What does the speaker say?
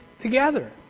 together